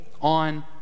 on